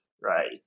Right